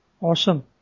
Awesome